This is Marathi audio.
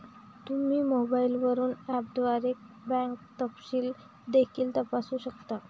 तुम्ही मोबाईलवरून ऍपद्वारे बँक तपशील देखील तपासू शकता